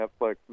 Netflix